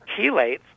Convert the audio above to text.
chelates